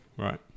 Right